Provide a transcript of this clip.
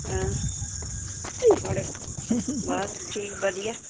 थुआढ़े बस ठीक बधिया